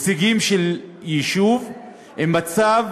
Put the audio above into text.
הישגים של יישוב עם מצב